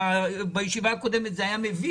לפני זה הן לא היו.